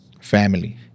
family